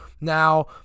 Now